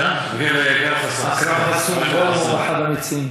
אכרם חסון הוא אחד המציעים.